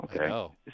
Okay